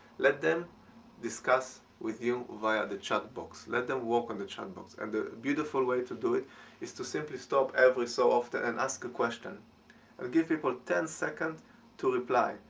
let them discuss with you via the chat box let them work and the chat box. and a beautiful way to do it is to simply stop every so often and ask a question and give people ten seconds to reply.